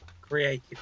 creative